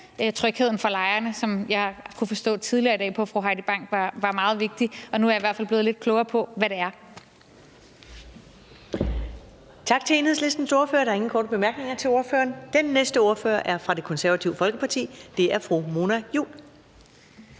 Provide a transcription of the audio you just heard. trygheden for lejerne, hvad jeg kunne forstå på fru Heidi Bank tidligere i dag var meget vigtigt. Og nu er jeg i hvert fald blevet lidt klogere på, hvad det er.